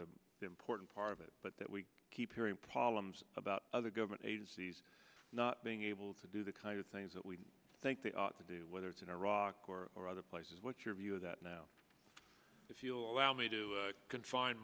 the important part of it but that we keep hearing problems about other government agencies not being able to do the kind of things that we think they ought to do whether it's in iraq or other places what's your view of that now if you'll allow me to confine